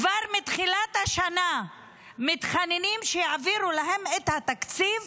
כבר מתחילת השנה הם מתחננים שיעבירו להם את התקציב